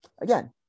Again